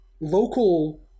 local